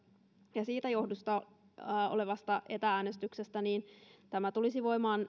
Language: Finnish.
ja sen johdosta olevasta etä äänestyksestä niin tämä tulisi voimaan